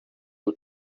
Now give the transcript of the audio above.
you